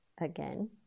again